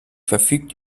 verfügt